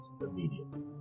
immediately